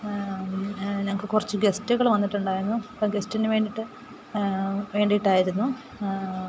ഞങ്ങൾക്ക് കുറച്ച് ഗസ്റ്റുകൾ വന്നിട്ടുണ്ടായിരുന്നു അപ്പം ഗസ്റ്റിന് വേണ്ടിയിട്ട് വേണ്ടിയിട്ടായിരുന്നു